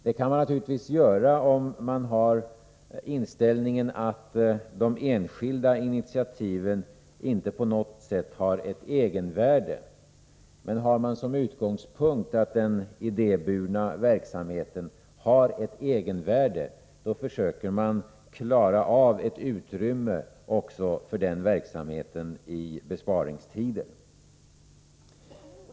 Så kan man naturligtvis tänka om man har inställningen att de enskilda initiativen inte på något sätt har ett egenvärde. Men har man som utgångspunkt att den idéburna verksamheten har ett egenvärde försöker man att bereda utrymme för den verksamheten även i besparingstider.